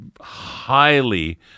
highly